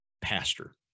pastor